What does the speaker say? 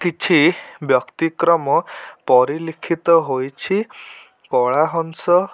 କିଛି ବ୍ୟତିକ୍ରମ ପରିଲିଖିତ ହୋଇଛି କଳାହଂସ